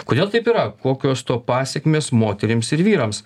kodėl taip yra kokios to pasekmės moterims ir vyrams